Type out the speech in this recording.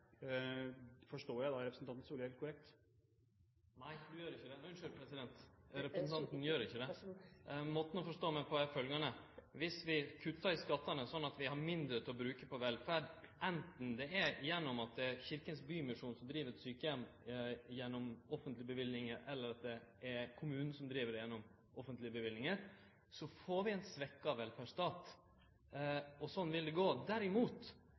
representanten gjer ikkje det. Måten å forstå meg på er følgjande: Dersom vi kuttar i skattane, slik at vi har mindre å bruke på velferd, anten det er gjennom at Kirkens Bymisjon driv ein sjukeheim gjennom offentlege løyvingar, eller at det er kommunen som driv han gjennom offentlege løyvingar, får vi ein svekt velferdsstat – slik vil det gå. Derimot